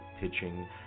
pitching